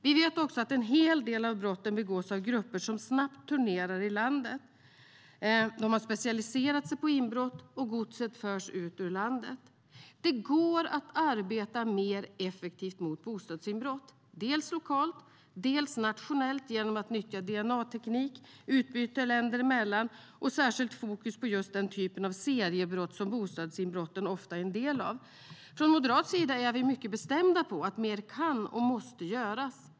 Vi vet också att en hel del av brotten begås av grupper som snabbt turnerar i landet. De har specialiserat sig på inbrott, och godset förs ut ur landet.Från moderat sida är vi mycket bestämda på att mer kan och måste göras.